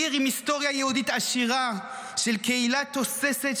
עיר עם היסטוריה יהודית עשירה של קהילה תוססת,